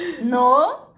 no